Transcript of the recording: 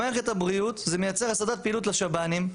למערכת הבריאות זה מייצר הסתת פעילות לשב"נים,